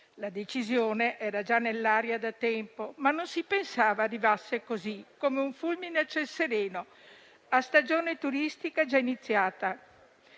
La decisione era già nell'aria da tempo, ma non si pensava arrivasse così, come un fulmine a ciel sereno, a stagione turistica già iniziata.